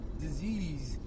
Disease